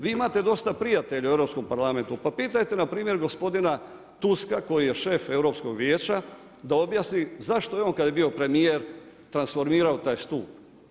Vi imate dosta prijatelja u Europskom parlamentu, pa pitajte, npr. gospodina Tuska koji je šef Europskog vijeća, da objasni zašto je on kada je bio premjer transformirao taj stup.